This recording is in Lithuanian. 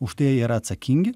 už tai yra atsakingi